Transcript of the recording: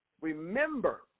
Remember